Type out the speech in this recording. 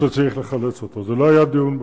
שצריך לחלץ אותו, זה לא היה דיון בכלל.